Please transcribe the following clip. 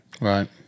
Right